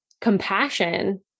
compassion